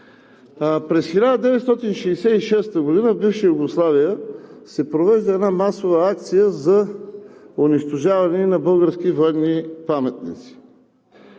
През 1966 г. в бивша Югославия се провежда една масова акция за унищожаване на български военни паметници.